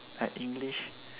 had english